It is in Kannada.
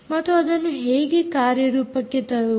ಮತ್ತು ಅದನ್ನು ಹೇಗೆ ಕಾರ್ಯರೂಪಕ್ಕೆ ತರುವುದು